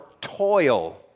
toil